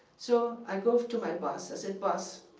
so i go off to my boss. i said, boss,